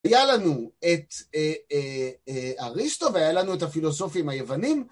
היה לנו את אריסטו והיה לנו את הפילוסופים היוונים